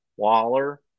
Waller